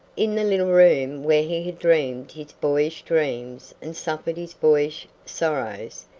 in the little room where he had dreamed his boyish dreams and suffered his boyish sorrows,